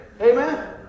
Amen